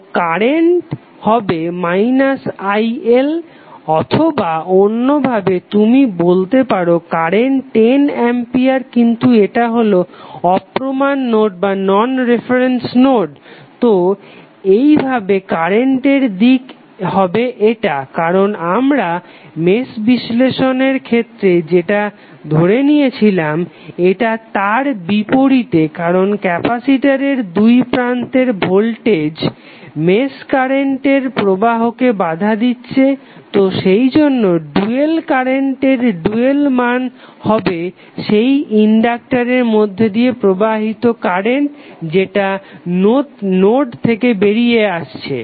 তো কারেন্ট হবে iL অথবা অন্য ভাবে তুমি বলতে পারো কারেন্ট 10 অ্যাম্পিয়ার কিন্তু এটা হলো অপ্রমান নোড তো এইভাবে কারেন্টের দিক হবে এটা কারণ আমরা মেশ বিশ্লেষণের ক্ষেত্রে যেটা ধরে নিয়েছিলাম এটা তার বিপরীতে কারণ ক্যাপাসিটরের দুই প্রান্তের ভোল্টেজ মেশ কারেন্টের প্রবাহকে বাধা দিচ্ছে তো সেইজন্য ডুয়াল কারেন্টের ডুয়াল মান হবে সেই ইনডাক্টারের মধ্যে দিয়ে প্রবাহিত কারেন্ট যেটা নোড থেকে বেরিয়ে আসছে